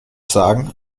sagen